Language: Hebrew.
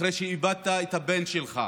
אחרי שאיבדת את הבן שלך,